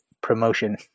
promotion